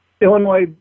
Illinois